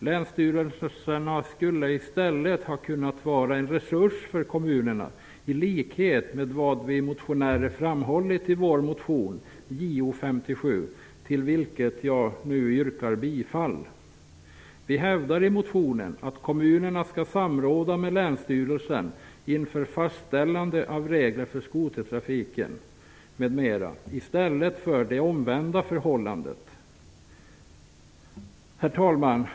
Länsstyrelserna skulle i stället kunna vara en resurs för kommunerna i likhet med vad vi motionärer framhållit i vår motion Jo57, till vilken jag nu yrkar bifall. Vi hävdar i motionen att kommunerna skall samråda med länsstyrelsen inför fastställandet av regler för skotertrafiken m.m. i stället för det omvända förhållandet. Herr talman!